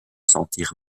sentir